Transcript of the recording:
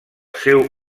seu